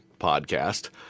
Podcast